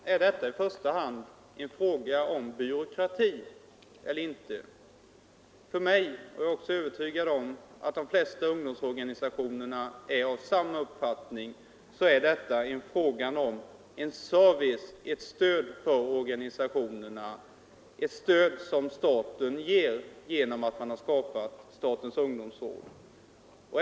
Herr talman! För herr Nisser är detta i första hand en fråga om byråkrati eller inte. För mig — och jag är också övertygad om att de flesta ungdomsorganisationerna har samma uppfattning — är detta en fråga om service, om stöd för organisationerna som staten ger genom skapandet av statens ungdomsråd.